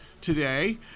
today